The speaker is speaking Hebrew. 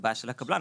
זה בעיה של הקבלן.